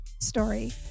story